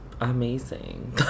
amazing